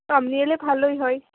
আমনি এলে ভালোই হয়